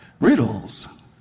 Riddles